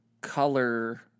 color